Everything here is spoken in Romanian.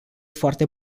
foarte